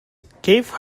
gave